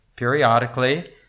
periodically